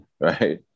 right